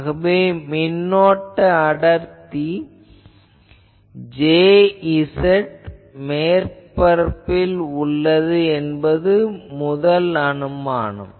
ஆகவே மின்னோட்ட அடர்த்தி Jz மேற்பரப்பில் உள்ளது என்பது முதல் அனுமானம்